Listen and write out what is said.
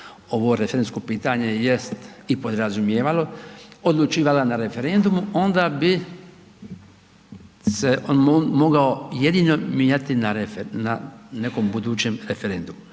ovo referendumsko pitanje jest i podrazumijevalo odlučivala na referendumu onda bi se on mogao jedino mijenjati na nekom budućem referendumu